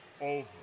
over